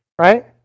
Right